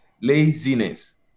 laziness